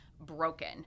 broken